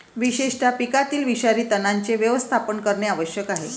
विशेषतः पिकातील विषारी तणांचे व्यवस्थापन करणे आवश्यक आहे